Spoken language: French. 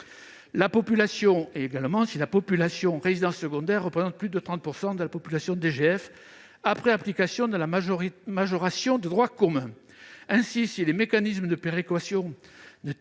démographique et lorsque la population des résidences secondaires représente plus de 30 % de la population DGF après application de la majoration de droit commun. Ainsi, si les mécanismes de péréquation ne tiennent pas